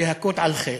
להכות על חטא,